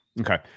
Okay